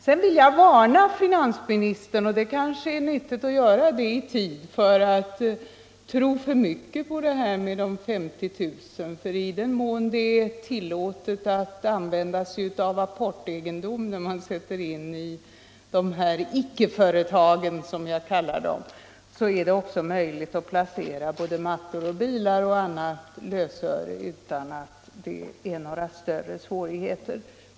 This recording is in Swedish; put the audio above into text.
Sedan vill jag varna finansministern — det är kanske nyttigt att göra det i tid — för att tro för mycket på den där ändringen om 50 000 kronor eget kapital i ett bolag. Om det nämligen är tillåtet att använda sig av apportegendom när man sätter in pengar i sådana här icke-företag, som jag vill kalla dem, är det alltså möjligt att utan större svårigheter placera såväl mattor som bilar och annat lösöre i stället för kontanter.